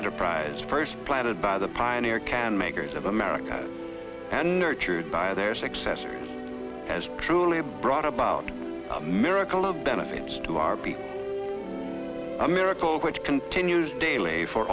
enterprise first planted by the pioneer can makers of america and nurtured by their successors has truly brought about miracle of benefits to our be a miracle which continues daily for